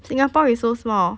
singapore is so small